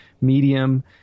medium